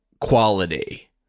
quality